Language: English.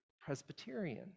Presbyterian